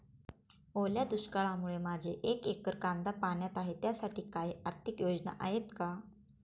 ओल्या दुष्काळामुळे माझे एक एकर कांदा पाण्यात आहे त्यासाठी काही आर्थिक योजना आहेत का?